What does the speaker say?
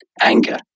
anger